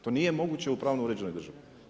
To nije moguće u pravno uređenoj državi.